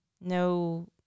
no